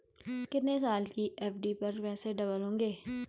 कितने साल की एफ.डी पर पैसे डबल होंगे?